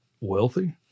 wealthy